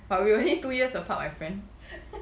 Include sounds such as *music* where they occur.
*laughs*